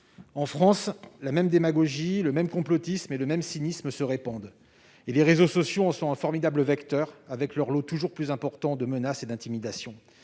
En France, la même démagogie, le même complotisme et le même cynisme se répandent. Les réseaux sociaux en sont un formidable vecteur, avec leur lot toujours plus important de menaces et d'intimidations,